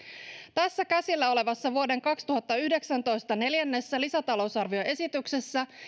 tässä käsillä olevassa vuoden kaksituhattayhdeksäntoista neljännessä lisätalousarvioesityksessä